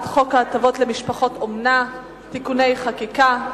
חוק הטבות למשפחות אומנה (תיקוני חקיקה),